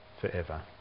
forever